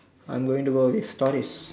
I'm going about these stories